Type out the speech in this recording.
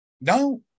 No